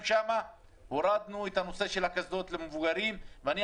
הורידו את חובת הקסדות למבוגרים והתנגדתי,